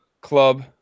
club